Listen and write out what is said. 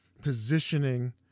positioning